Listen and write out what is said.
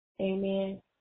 Amen